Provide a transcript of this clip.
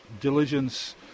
diligence